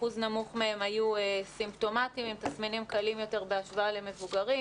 אחוז נמוך מהם היו סימפטומטיים עם תסמינים קלים יותר בהשוואה למבוגרים.